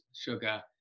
sugar